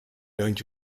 don’t